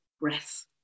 breath